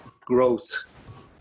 growth